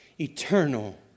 eternal